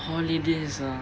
holidays ah